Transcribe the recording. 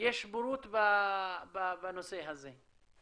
יש בורות בנושא הזה?